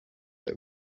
they